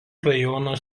rajono